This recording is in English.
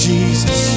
Jesus